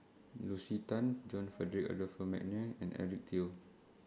Lucy Tan John Frederick Adolphus Mcnair and Eric Teo